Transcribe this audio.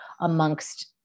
amongst